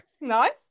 Nice